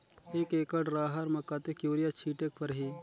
एक एकड रहर म कतेक युरिया छीटेक परही?